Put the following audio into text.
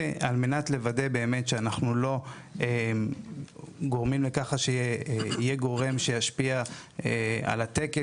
ועל מנת לוודא באמת שאנחנו לא גורמים לכך שיהיה גורם שישפיע על התקן,